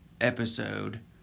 episode